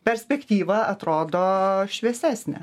perspektyva atrodo šviesesnė